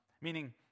Meaning